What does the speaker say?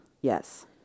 Yes